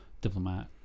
diplomat